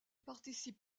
participe